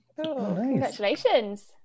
Congratulations